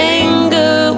anger